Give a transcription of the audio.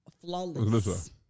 flawless